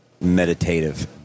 meditative